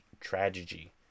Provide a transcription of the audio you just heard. tragedy